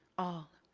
all.